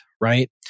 right